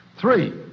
Three